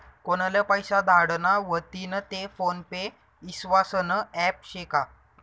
कोनले पैसा धाडना व्हतीन ते फोन पे ईस्वासनं ॲप शे का?